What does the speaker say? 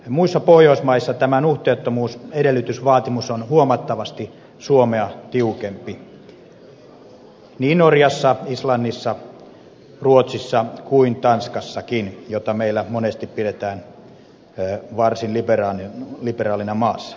muissa pohjoismaissa tämä nuhteettomuusedellytysvaatimus on huomattavasti suomea tiukempi niin norjassa islannissa ruotsissa kuin tanskassakin jota meillä monesti pidetään varsin liberaalina maana